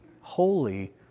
holy